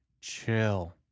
chill